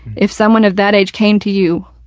if someone of that age came to you,